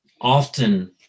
Often